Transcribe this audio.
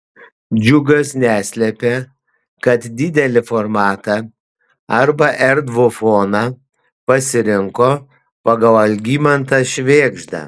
džiugas neslepia kad didelį formatą arba erdvų foną pasirinko pagal algimantą švėgždą